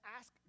ask